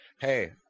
hey